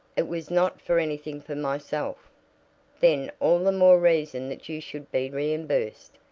it was not for anything for myself then all the more reason that you should be reimbursed,